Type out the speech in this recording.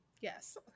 Yes